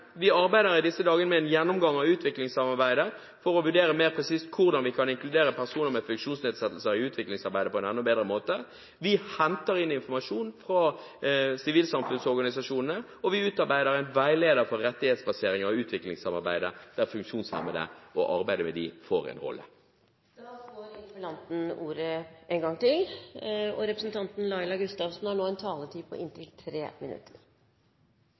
Vi arbeider i disse dager med en gjennomgang av utviklingssamarbeidet for å vurdere mer presist hvordan vi kan inkludere personer med funksjonsnedsettelser i utviklingsarbeidet på en enda bedre måte. Vi henter inn informasjon fra sivilsamfunnsorganisasjonene, og vi utarbeider en veileder for rettighetsbasering av utviklingssamarbeidet, der funksjonshemmede og arbeidet med dem får en rolle. Takk til utviklingsministeren for et godt og fyldig svar. Jeg er veldig glad for det utviklingsministeren sier om at konvensjonen vil forplikte Norge. Jeg tror det er en